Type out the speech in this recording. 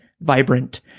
vibrant